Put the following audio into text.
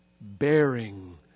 bearing